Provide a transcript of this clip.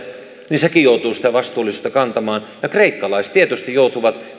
niin sekin joutuu sitä vastuullisuutta kantamaan ja kreikkalaiset tietysti joutuvat